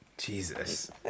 Jesus